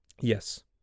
Yes